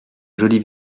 joli